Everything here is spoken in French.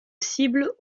cible